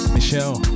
Michelle